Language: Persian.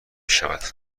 شود